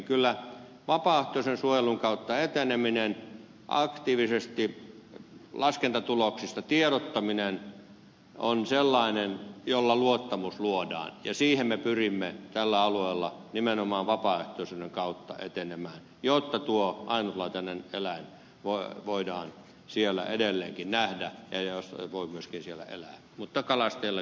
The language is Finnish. kyllä vapaaehtoisen suojelun kautta eteneminen aktiivisesti laskentatuloksista tiedottaminen on sellainen jolla luottamus luodaan ja siihen me pyrimme tällä alueella nimenomaan vapaaehtoisuuden kautta etenemään jotta tuo ainutlaatuinen eläin voidaan siellä edelleenkin nähdä ja se voi myöskin siellä elää mutta kalastajillakin on omat tarpeensa